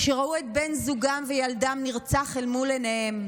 שראו את בן זוגן וילדן נרצחים אל מול עיניהם,